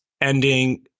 ending